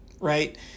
right